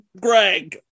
Greg